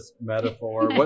metaphor